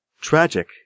tragic